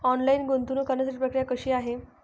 Online गुंतवणूक करण्यासाठी प्रक्रिया कशी आहे?